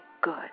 good